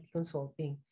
consulting